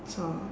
so